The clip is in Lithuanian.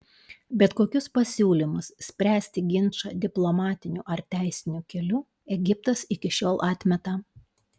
bet kokius pasiūlymus spręsti ginčą diplomatiniu ar teisiniu keliu egiptas iki šiol atmeta